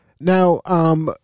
Now